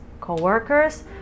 co-workers